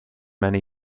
many